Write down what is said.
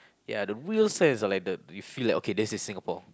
ya the real sense of like the you feel like okay this is Singapore